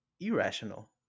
Irrational